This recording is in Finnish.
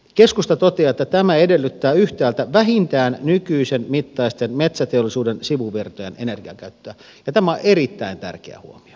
keskusta toteaa että tämä edellyttää yhtäältä vähintään nykyisen mittaisten metsäteollisuuden sivuvirtojen energiankäyttöä ja tämä on erittäin tärkeä huomio